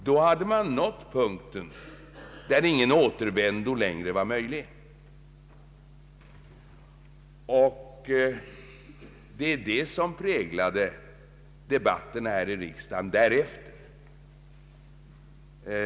Då hade man nått den punkt där ingen återvändo längre var möjlig. Det är detta som präglat debatterna i riksdagen därefter.